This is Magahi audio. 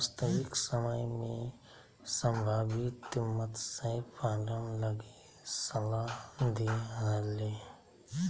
वास्तविक समय में संभावित मत्स्य पालन लगी सलाह दे हले